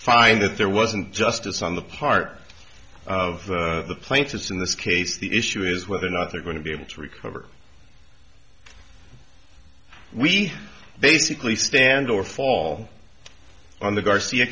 find that there wasn't justice on the part of the plaintiffs in this case the issue is whether or not they're going to be able to recover we basically stand or fall on the garcia